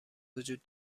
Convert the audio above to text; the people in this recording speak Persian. وجود